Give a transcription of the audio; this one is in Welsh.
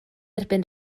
erbyn